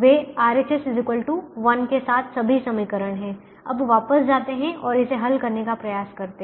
वे RHS1 के साथ सभी समीकरण हैं अब वापस जाते हैं और इसे हल करने का प्रयास करते हैं